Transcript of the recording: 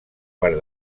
part